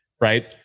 right